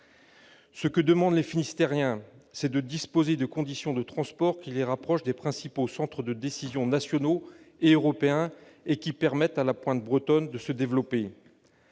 Ce que demandent les Finistériens, c'est de disposer de conditions de transport qui les rapprochent des principaux centres de décision nationaux et européens, et qui permettent à la pointe bretonne de se développer.